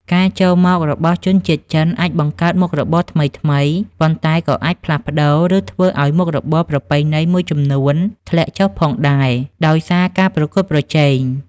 ការចូលមករបស់ជនជាតិចិនអាចបង្កើតមុខរបរថ្មីៗ ប៉ុន្តែក៏អាចផ្លាស់ប្តូរ ឬធ្វើឲ្យមុខរបរប្រពៃណីមួយចំនួនធ្លាក់ចុះផងដែរ ដោយសារការប្រកួតប្រជែង។